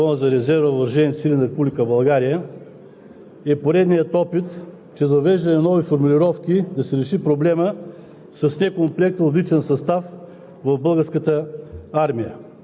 Уважаема госпожо Председател, уважаеми госпожи и господа народни представители! Предложеният Законопроект за изменение и допълнение на Закона за резерва на въоръжените сили на Република България